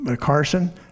Carson